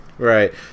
Right